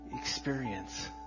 experience